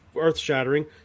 earth-shattering